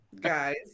guys